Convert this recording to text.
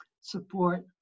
support